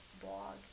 blog